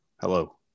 hello